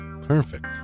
Perfect